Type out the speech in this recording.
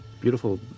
beautiful